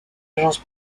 agence